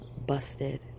busted